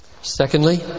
Secondly